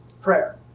Prayer